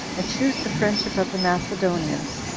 and choose the friendship of the macedonians,